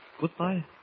Goodbye